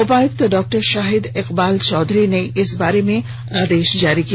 उपायुक्त डॉ शाहिद इकबाल चौधरी ने इस बारे में आदेश जारी किया